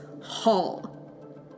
hall